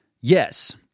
yes